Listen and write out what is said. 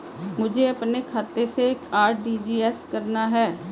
मुझे अपने खाते से आर.टी.जी.एस करना?